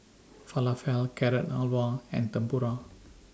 Falafel Carrot Halwa and Tempura